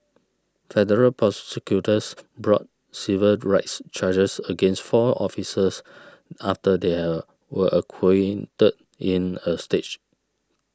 federal prosecutors brought civil rights charges against four officers after they are were acquitted in a stage